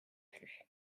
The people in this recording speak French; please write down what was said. plus